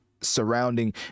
surrounding